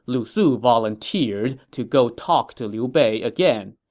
lu su volunteered to go talk to liu bei again.